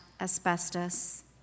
asbestos